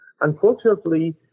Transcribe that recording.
Unfortunately